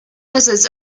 lizards